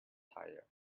tyre